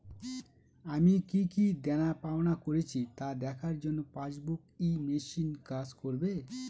আমি কি কি দেনাপাওনা করেছি তা দেখার জন্য পাসবুক ই মেশিন কাজ করবে?